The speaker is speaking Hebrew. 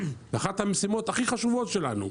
זו אחת המשימות הכי חשובות שלנו.